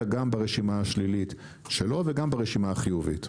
גם ברשימה השלילית שלו וגם ברשימה החיובית,